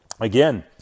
Again